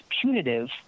punitive